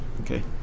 okay